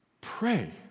Pray